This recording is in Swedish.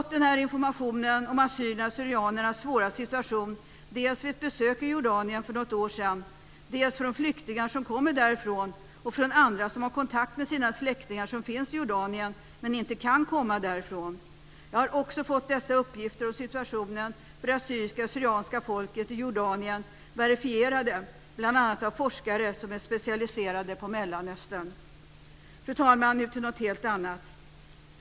Jag har fått informationen om assyrierna syrianska folket i Jordanien verifierade bl.a. av forskare som är specialiserade på Mellanöstern. Fru talman! Nu går jag över till något helt annat.